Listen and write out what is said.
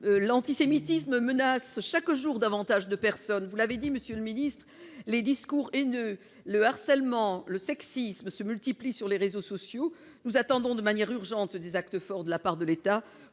L'antisémitisme menace chaque jour davantage de personnes. Vous l'avez dit, monsieur le secrétaire d'État, les discours haineux, le harcèlement, le sexisme prospèrent sur les réseaux sociaux. Nous attendons, de manière urgente, des actes forts de la part de l'État,